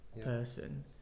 person